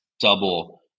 double